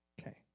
Okay